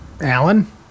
Alan